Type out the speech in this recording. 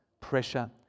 pressure